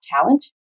talent